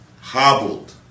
hobbled